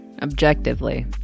objectively